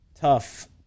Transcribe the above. Tough